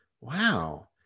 wow